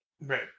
Right